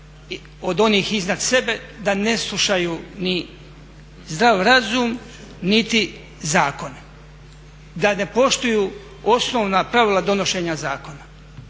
od onih iznad sebe da ne slušaju ni zdrav razum niti zakone? Da ne poštuju osnovna pravila donošenja zakona?